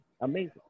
amazing